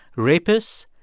rapists,